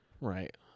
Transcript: Right